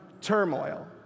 turmoil